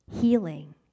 healing